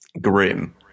grim